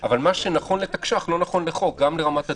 אבל מה שנכון לתקש"ח לא נכון לחוק: גם לרמת הדיון,